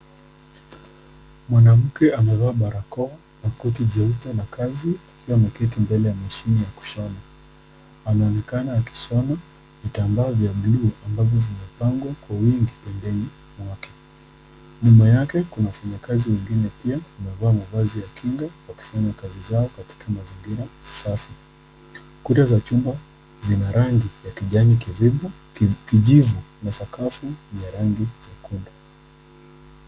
Mwanamke amevaa barakoa na koti jeube la kazi akiwa ameketi mbele ya machine ya kushona . Anaonekana akishona vitambaa vya buluu ambavyo vimepangwa kwa wingi pembeni mwake . Nyuma yake kuna wafanyazi wengine pia , wamevaa mavazi ya kinga , wakifanya kazi zao katika mazingira safi . Kuta za chuma Zina rangi ya kijani kijivu, kijivu na sakafu ya rangi nyekundu.